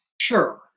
sure